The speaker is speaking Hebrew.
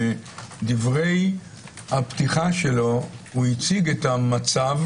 ובדברי הפתיחה שלו הוא הציג את המצב